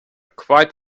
quite